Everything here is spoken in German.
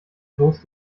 bloß